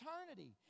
eternity